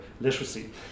literacy